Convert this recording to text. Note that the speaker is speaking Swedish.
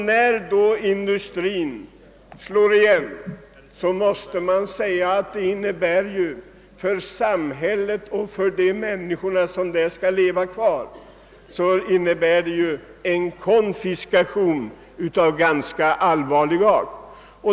När industrin sedan slår igen, så innebär det ju för samhället och för de människor som skall leva kvar där en konfiskation av ganska allvarlig art.